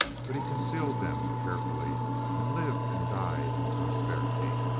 but he concealed them carefully and lived and died in prosperity.